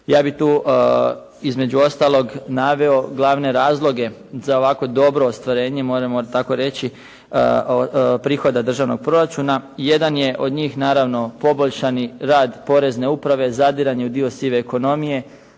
Ja bih tu između ostaloga naveo glavne razloge za ovako dobro ostvarenje moramo tako reći, od prihoda državnog proračuna, jedan je od njih naravno poboljšani rad porezne uprave, zadiranje u dio sive ekonomije.